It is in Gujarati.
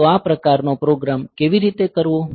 તો આ પ્રકારનો પ્રોગ્રામ કેવી રીતે કરવો